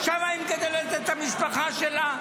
שם היא מגדלת את המשפחה שלה,